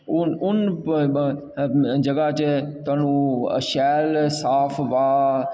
हून जगह् च थुहानूं शैल साफ शैल खाने पीने आह्ली